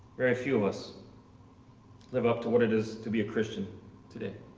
very few of us live up to what it is to be a christian today.